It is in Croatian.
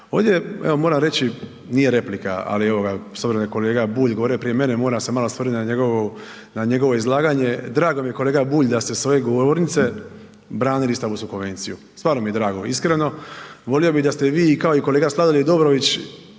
evo moram reći, nije replika, ali ovoga s obzirom da je kolega Bulj govorio prije mene, moram se malo osvrnuti na njegovo, na njegovo izlaganje, drago mi je kolega Bulj da ste s ove govornice branili Istambulsku konvenciju, stvarno mi je drago iskreno, volio bi da ste i vi i kao i kolega Sladoljev i Dobrović